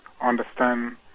understand